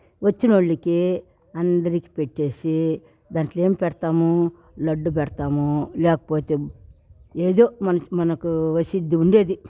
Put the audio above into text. వచ్చినోళ్ళకి అందరికీ పెట్టేసి దాంట్లో ఏం పెడతాము లడ్డు పెడతాము లేకపోతే ఏదో మనకు మనకి ఉండేది